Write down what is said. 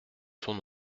sont